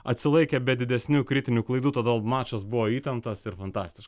atsilaikė be didesnių kritinių klaidų todėl mačas buvo įtemptas ir fantastiš